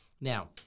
Now